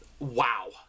wow